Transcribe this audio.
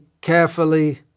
carefully